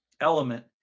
element